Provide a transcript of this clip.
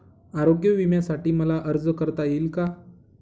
आरोग्य विम्यासाठी मला अर्ज करता येईल का?